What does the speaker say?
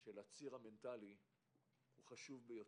של הציר המנטלי הוא חשוב ביותר.